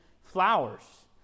flowers